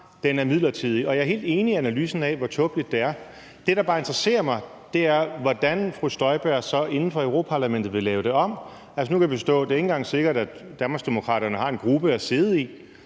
har, er midlertidig. Og jeg er helt enig i analysen af, hvor tåbeligt det er. Det, der bare interesserer mig, er, hvordan fru Inger Støjberg så inden for Europa-Parlamentet vil lave det om. Altså, nu kan vi forstå, at det ikke engang er sikkert, at Danmarksdemokraterne har en gruppe at sidde i,